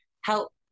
help